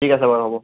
ঠিক আছে বাৰু হ'ব